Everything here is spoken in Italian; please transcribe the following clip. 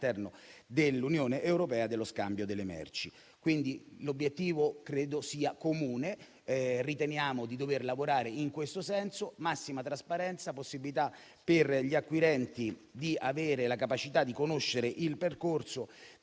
dell'Unione europea dello scambio delle merci. Quindi, l'obiettivo credo sia comune. Riteniamo di dover lavorare in questo senso: massima trasparenza, possibilità per gli acquirenti di avere la capacità di conoscere il percorso